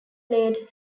laid